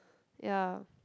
ya